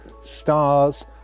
stars